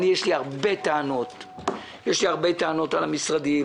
יש לי הרבה טענות על המשרדים,